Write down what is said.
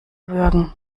würgen